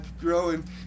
growing